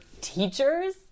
teachers